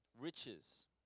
riches